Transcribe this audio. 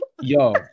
yo